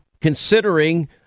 considering